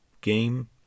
game